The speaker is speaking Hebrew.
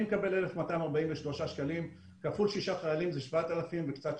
אני מקבל 1,243 שקלים כפול 6 חיילים זה קצת יותר מ-7,000 שקלים.